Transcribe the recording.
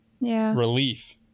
relief